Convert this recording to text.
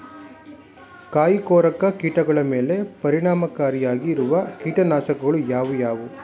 ಕಾಯಿಕೊರಕ ಕೀಟಗಳ ಮೇಲೆ ಪರಿಣಾಮಕಾರಿಯಾಗಿರುವ ಕೀಟನಾಶಗಳು ಯಾವುವು?